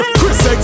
Chris